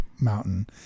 mountain